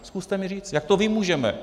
Zkuste mi říct, jak to vymůžeme.